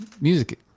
Music